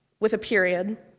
with a period.